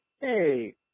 Hey